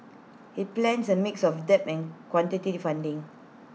IT plans A mix of debt in quantity funding